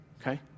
Okay